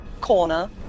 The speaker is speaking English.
corner